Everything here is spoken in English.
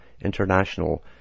International